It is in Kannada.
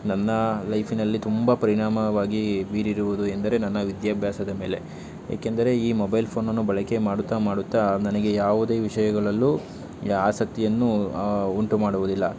ನನ್ನ ಲೈಫಿನಲ್ಲಿ ತುಂಬ ಪರಿಣಾಮವಾಗಿ ಬೀರಿರುವುದು ಎಂದರೆ ನನ್ನ ವಿದ್ಯಾಭ್ಯಾಸದ ಮೇಲೆ ಏಕೆಂದರೆ ಈ ಮೊಬೈಲ್ ಫೋನನ್ನು ಬಳಕೆ ಮಾಡುತ್ತಾ ಮಾಡುತ್ತಾ ನನಗೆ ಯಾವುದೇ ವಿಷಯಗಳಲ್ಲೂ ಯಾ ಆಸಕ್ತಿಯನ್ನು ಉಂಟು ಮಾಡುವುದಿಲ್ಲ